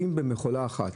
אם במכולה אחת